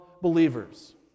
believers